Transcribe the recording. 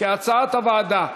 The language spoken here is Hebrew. כהצעת הוועדה.